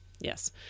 Yes